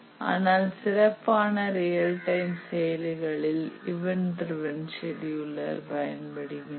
ஆனால் சிறப்பான real time செயலிகளில் இவன்ட் ட்ரிவன் செடியுலர் பயன்படுகின்றன